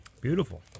Beautiful